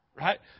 right